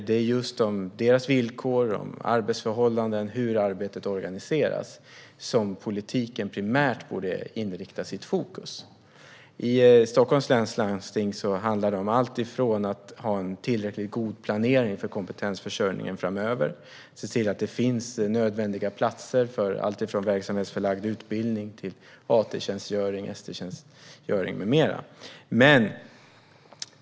Det är just deras villkor, arbetsförhållandena och hur arbetet organiseras, som politiken primärt borde ha i fokus. I Stockholms läns landsting handlar det om att ha en tillräckligt god planering för kompetensförsörjningen framöver och om att se till att det finns nödvändiga platser för verksamhetsförlagd utbildning, AT-platser, ST-platser med mera.